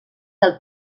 del